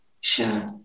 Sure